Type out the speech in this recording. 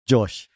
Josh